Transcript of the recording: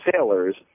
sailors